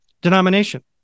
denomination